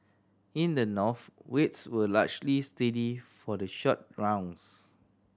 in the North rates were largely steady for the short rounds